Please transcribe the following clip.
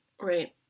Right